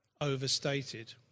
overstated